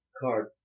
Card